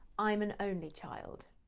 i'm an only child.